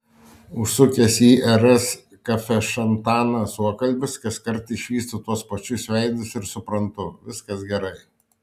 užsukęs į rs kafešantaną suokalbis kaskart išvystu tuos pačius veidus ir suprantu viskas gerai